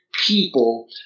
people